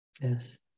Yes